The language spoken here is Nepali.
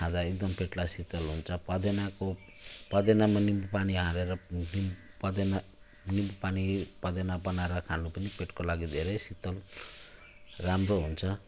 खाँदा एकदम पेटलाई शीतल हुन्छ पुदिनाको पुदिनामा निम्बु पानी हालेर पुदिना निम्बु पानी पुदिना बनाएर खानु पनि पेटको लागि धेरै शीतल राम्रो हुन्छ